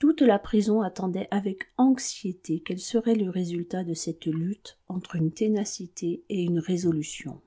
toute la prison attendait avec anxiété quel serait le résultat de cette lutte entre une ténacité et une résolution